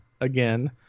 again